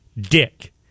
Dick